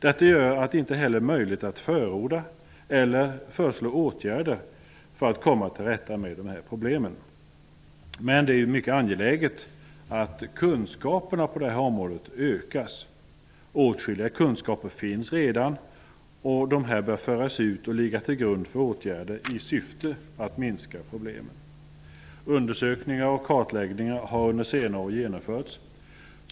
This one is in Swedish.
Detta gör att det inte heller är möjligt att förorda eller föreslå åtgärder för att komma till rätta med de här problemen. Men det är mycket angeläget att kunskaperna på det här området ökas. Åtskilliga kunskaper finns redan. De bör föras ut och ligga till grund för åtgärder i syfte att minska problemen. Undersökningar och kartläggningar har under senare år genomförts.